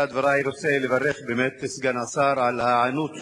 בתחילת דברי אני באמת רוצה לברך את סגן השר על ההיענות